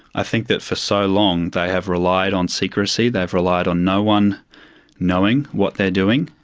i think that for so long they have relied on secrecy, they have relied on no one knowing what they're doing.